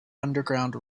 underground